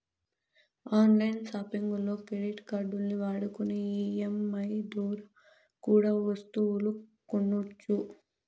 on line సాపింగుల్లో credit కార్డుల్ని వాడుకొని ఈ.ఎం.ఐ దోరా కూడా ఒస్తువులు కొనొచ్చు